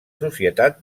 societat